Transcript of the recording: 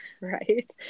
Right